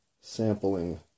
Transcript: sampling